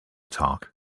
talk